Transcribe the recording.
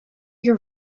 your